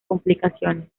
complicaciones